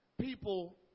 people